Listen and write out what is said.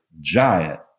giant